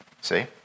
See